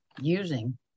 using